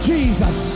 Jesus